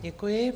Děkuji.